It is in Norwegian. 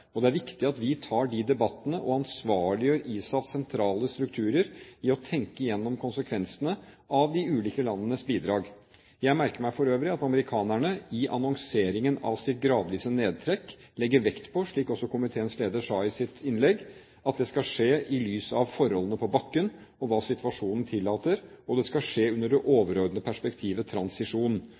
og det er viktig at vi tar de debattene og ansvarliggjør ISAFs sentrale strukturer i å tenke gjennom konsekvensene av de ulike landenes bidrag. Jeg merker meg for øvrig at amerikanerne, i annonseringen av sitt gradvise nedtrekk, legger vekt på – slik også komiteens leder sa i sitt innlegg – at det skal skje i lys av forholdene på bakken og hva situasjonen tillater, og det skal skje under det overordnede perspektivet